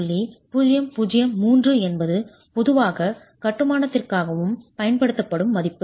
003 என்பது பொதுவாக கட்டுமானத்திற்காகவும் பயன்படுத்தப்படும் மதிப்பு